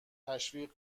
تشویق